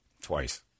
Twice